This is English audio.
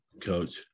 coach